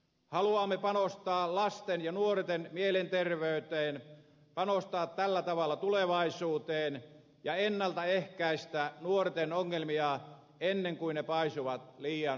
haluamme panostaa lasten ja nuorten mielenterveyteen panostaa tällä tavalla tulevaisuuteen ja ennalta ehkäistä nuorten ongelmia ennen kuin ne paisuvat liian suuriksi